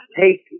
take